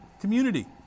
community